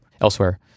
elsewhere